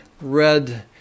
red